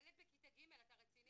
ילד בכיתה ג', אתה רציני?